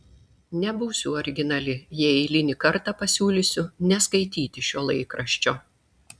nebūsiu originali jei eilinį kartą pasiūlysiu neskaityti šio laikraščio